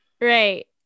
Right